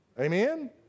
Amen